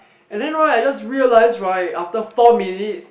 and then right I just realise right after four minutes